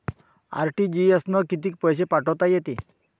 RTGS न कितीक पैसे पाठवता येते?